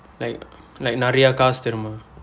like like நிறைய காசு தெரியுமா:niraiya kaasu theiryumaa